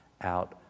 out